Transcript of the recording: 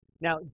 Now